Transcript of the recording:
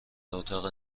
اتاق